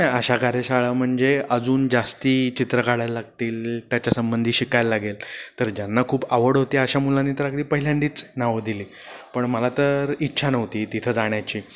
अशा कार्यशाळा म्हणजे अजून जास्ती चित्र काढायला लागतील त्याच्यासंबंधी शिकायला लागेल तर ज्यांना खूप आवड होती अशा मुलांनी तर अगदी पहिल्यांदाच नावं दिली पण मला तर इच्छा नव्हती तिथं जाण्याची